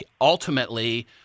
ultimately